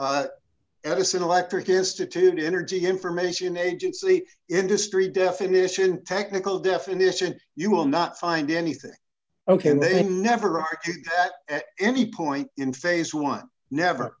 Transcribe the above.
institute energy information agency industry definition technical definition you will not find anything ok and they never are at any point in phase one never